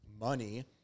Money